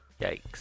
Yikes